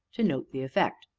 to note the effect.